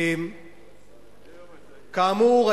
כאמור,